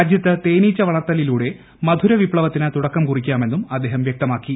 രാജ്യത്ത് തേനീച്ച വളർത്തലിലൂടെ മധുര വിപ്ലവത്തിന് തുടക്കം കുറിക്കാമെന്നും അദ്ദേഹം വൃക്തമാക്കി